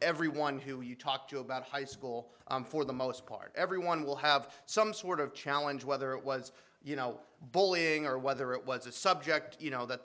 everyone who you talk to about high school for the most part everyone will have some sort of challenge whether it was you know bullying or whether it was a subject you know that